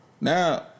now